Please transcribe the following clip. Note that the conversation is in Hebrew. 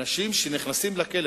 אנשים שנכנסים לכלא,